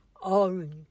orange